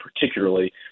particularly